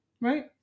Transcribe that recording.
Right